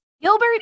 Gilbert